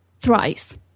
thrice